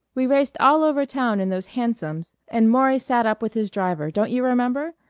we raced all over town in those hansoms and maury sat up with his driver, don't you remember?